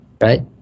right